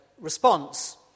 response